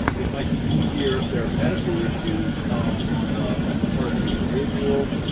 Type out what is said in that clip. it might be easier if there are medical issues on the on the part of the individual.